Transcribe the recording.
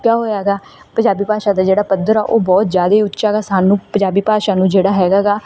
ਹੋਇਆ ਗਾ ਪੰਜਾਬੀ ਭਾਸ਼ਾ ਦਾ ਜਿਹੜਾ ਪੱਧਰ ਆ ਉਹ ਬਹੁਤ ਜ਼ਿਆਦਾ ਉੱਚਾ ਗਾ ਸਾਨੂੰ ਪੰਜਾਬੀ ਭਾਸ਼ਾ ਨੂੰ ਜਿਹੜਾ ਹੈਗਾ ਗਾ